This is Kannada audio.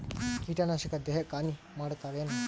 ಕೀಟನಾಶಕ ದೇಹಕ್ಕ ಹಾನಿ ಮಾಡತವೇನು?